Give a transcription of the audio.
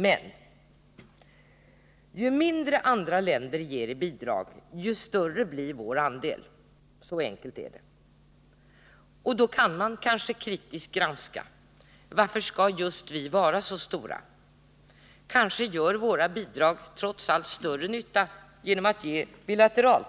Men ju mindre andra länder ger i bidrag, desto större blir vår andel — så enkelt är det. Och då kan man kanske kritiskt granska detta: Varför skall just vi vara så stora? Kanske gör våra bidrag trots allt större nytta om de ges bilateralt?